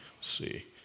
see